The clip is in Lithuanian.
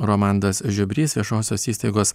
romandas žiubrys viešosios įstaigos